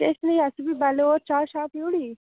किश नी अस बी बेल्ले होर चाऽ छाऽ पीऽ ओड़ी